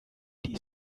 die